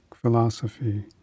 philosophy